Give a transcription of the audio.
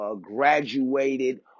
graduated